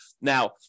Now